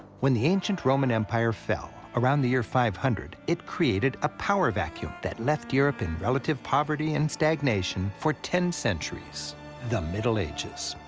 when the ancient roman empire fell around the year five hundred, it created a power vacuum that left europe in relative poverty and stagnation for ten centuries the middle ages.